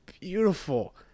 beautiful